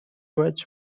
was